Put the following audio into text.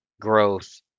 growth